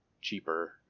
cheaper